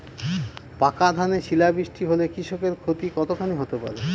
পাকা ধানে শিলা বৃষ্টি হলে কৃষকের ক্ষতি কতখানি হতে পারে?